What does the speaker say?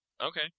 Okay